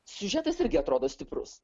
siužetas irgi atrodo stiprus